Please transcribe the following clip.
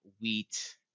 wheat